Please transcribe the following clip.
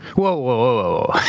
whoa.